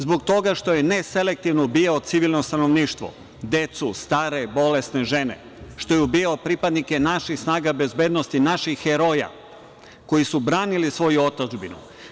Zbog toga što je neselektivno ubijao civilno stanovništvo, decu, stare, bolesne, žene, što je ubijao pripadnike naših snaga bezbednosti, naših heroja koji su branili svoju otadžbinu.